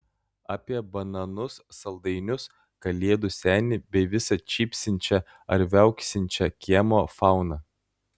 apie bananus saldainius kalėdų senį bei visą cypsinčią ar viauksinčią kiemo fauną